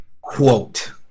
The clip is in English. quote